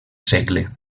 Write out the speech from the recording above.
segle